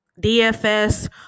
DFS